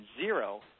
zero